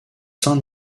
saint